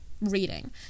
reading